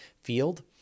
field